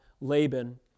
Laban